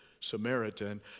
Samaritan